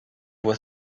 was